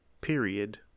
period